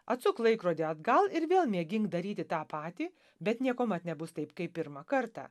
atsuk laikrodį atgal ir vėl mėgink daryti tą patį bet niekuomet nebus taip kaip pirmą kartą